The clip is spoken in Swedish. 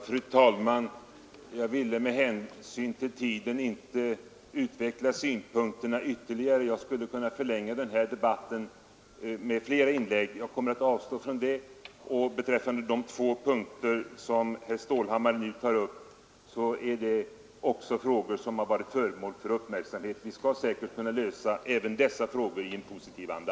Fru talman! Med hänsyn till tiden skall jag här inte utveckla mina synpunkter ytterligare. Jag skulle annars kunna förlänga denna debatt med flera inlägg men skall avstå från det. Beträffande de punkter som herr Stålhammar nu tog upp vill jag säga att även de frågorna har varit föremål för uppmärksamhet, och vi skall säkert kunna lösa även dem i en positiv anda.